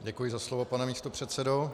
Děkuji za slovo, pane místopředsedo.